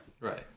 Right